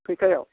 खैथायाव